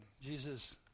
Jesus